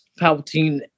Palpatine